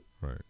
Right